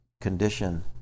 condition